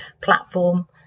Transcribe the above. platform